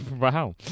wow